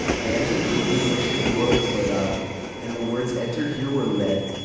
i entered the room in which the door was lit up and the words enter here were lit.